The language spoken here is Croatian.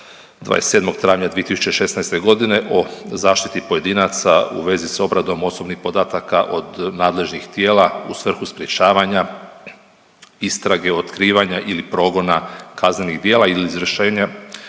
27. travnja 2016. g. o zaštiti pojedinaca u vezi s obradom osobnih podataka od nadležnih tijela u svrhu sprječavanja istrage, otkrivanja ili progona kaznenih dijela ili izvršenja